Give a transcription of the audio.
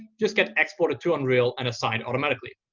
just get exported to unreal and assigned automatically.